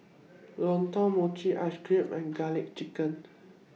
Lontong Mochi Ice Cream and Garlic Chicken